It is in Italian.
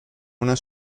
una